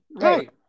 right